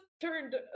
turned